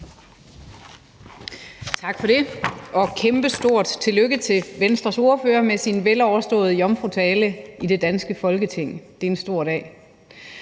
Tak for det. Og et kæmpestort tillykke til Venstres ordfører med hendes veloverståede jomfrutale i det danske Folketing. Det er en stor dag